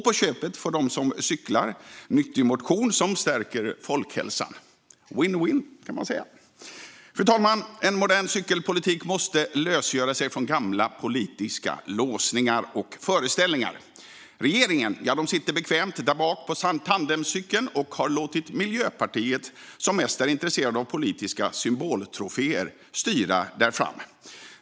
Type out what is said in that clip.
På köpet får de som cyklar nyttig motion som stärker folkhälsan - vinn-vinn, kan man säga! Fru talman! En modern cykelpolitik måste lösgöra sig från gamla politiska låsningar och föreställningar. Regeringen sitter bekvämt där bak på tandemcykeln och har låtit Miljöpartiet, som mest är intresserat av politiska symboltroféer, styra där fram.